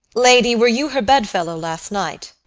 lady, were you her bedfellow last night?